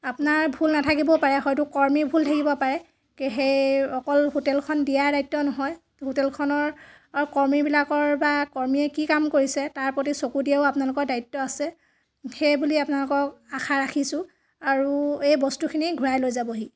আপোনাৰ ভুল নাথাকিব পাৰে হয়টো কৰ্মীৰ ভুল থাকিব পাৰে সেই অকল হোটেলখন দিয়াৰ দায়িত্ব নহয় হোটেলখনৰ কৰ্মীবিলাকৰ বা কৰ্মীয়ে কি কাম কৰিছে তাৰ প্ৰতি চকু দিয়াও আপোনালোকৰ দায়িত্ব আছে সেই বুলি আপোনালোকক আশা ৰাখিছোঁ আৰু এই বস্তুখিনি ঘূৰাই লৈ যাবহি